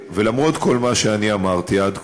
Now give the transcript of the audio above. ולמרות כל מה שאמרתי עד כה,